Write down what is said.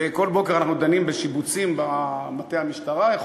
וכל בוקר אנחנו דנים בשיבוצים במטה המשטרה.